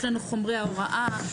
יש לנו חומרי ההוראה,